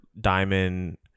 diamond